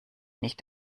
nicht